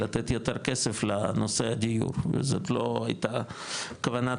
לתת יותר כסף לנושא הדיור וזאת לא הייתה כוונת